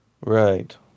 Right